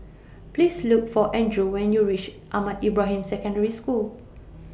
Please Look For An Drew when YOU REACH Ahmad Ibrahim Secondary School